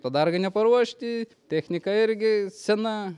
padargai neparuošti technika irgi sena